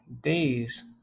days